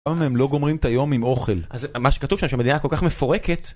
היום הם לא גומרים את היום עם אוכל, אז מה שכתוב שם שהמדינה כל כך מפורקת